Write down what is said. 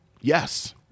Yes